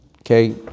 Okay